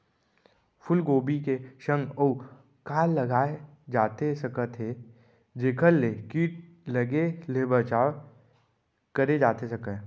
फूलगोभी के संग अऊ का लगाए जाथे सकत हे जेखर ले किट लगे ले बचाव करे जाथे सकय?